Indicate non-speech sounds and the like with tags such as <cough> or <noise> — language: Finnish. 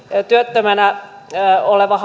työttömänä oleva <unintelligible>